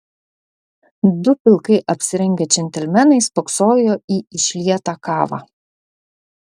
du pilkai apsirengę džentelmenai spoksojo į išlietą kavą